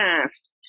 past